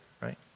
right